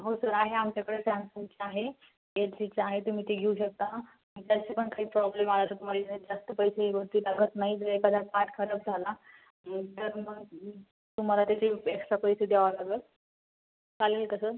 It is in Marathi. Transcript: हो सर आहे आमच्याकडे सॅमसंगची आहे एल जीची आहे तुम्ही ते घेऊ शकता आणि त्याचे पण काही प्रॉब्लेम आला तर तुम्हाला जास्त पैसे कोणते लागत नाही जर एखादा पार्ट खराब झाला तर मग तुम्हाला त्याचे एक्स्ट्रा पैसे द्यावे लागेल चालेल का सर